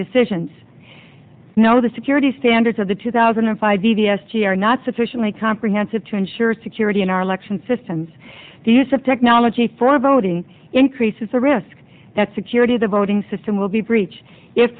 decisions know the security standards of the two thousand and five d s t are not sufficiently comprehensive to ensure security in our election systems the use of technology for voting increases the risk that security the voting system will be breached if